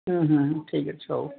ହଁ ହଁଁ ଠିକ୍ ଅଛି ହଉ